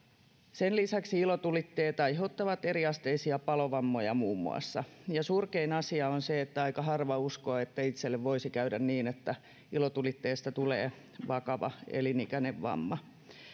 sen lisäksi ilotulitteet aiheuttavat eriasteisia palovammoja muun muassa ja surkein asia on se että aika harva uskoo että itselle voisi käydä niin että ilotulitteesta tulee vakava elinikäinen vamma